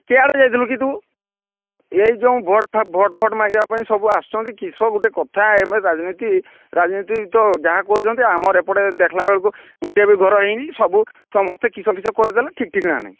କୁଆଡ଼େ ଯାଇଥିଲୁ କି ତୁ ଏ ଯୋଉଁ ଭୋଟ୍ ଭୋଟ୍ ଫୋଟ୍ ମାରିବା ପାଇଁ ସବୁ ଆସୁଛନ୍ତି କିସ ଗୋଟେ କଥା ଏବେ ରାଜନୀତି ରାଜନୀତି ତ ଯାହା କରୁଛନ୍ତି ଆମର ଏପଟେ ଦେଖିଲାବେଳକୁ ଗୋଟିଏ ବି ଘର ହେଇନି ସବୁ ସମସ୍ତେ କିସ କିସ କରିଦେଲେ ଠିକ୍ ଠିକଣା ନାହିଁ